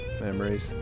memories